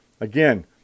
again